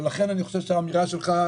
ולכן אני אומר שהאמירה שלך,